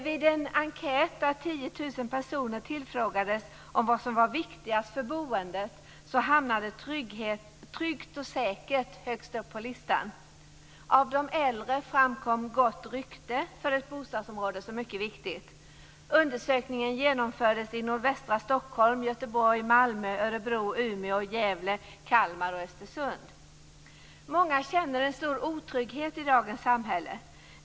Vid en enkät där 10 000 personer tillfrågades om vad som var viktigast för boendet hamnade "tryggt och säkert" högst upp på listan. Bland de äldre framkom "gott rykte" för ett bostadsområde som mycket viktigt. Undersökningen genomfördes i nordvästra Många känner en stor otrygghet i dagens samhälle.